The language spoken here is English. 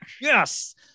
Yes